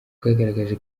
bwagaragaje